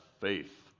faith